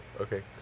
okay